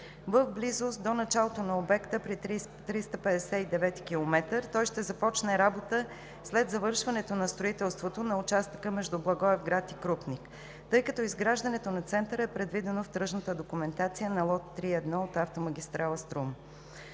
в близост до началото на обекта при 359-и километър. Той ще започне работа след завършването на строителството на участъка между Благоевград и Крупник, тъй като изграждането на центъра е предвидено в тръжната документация на лот 3.1 от автомагистрала „Струма“.